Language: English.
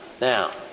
Now